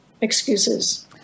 excuses